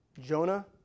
Jonah